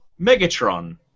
Megatron